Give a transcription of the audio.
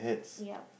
yup